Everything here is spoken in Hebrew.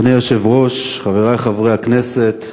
אדוני היושב-ראש, חברי חברי הכנסת,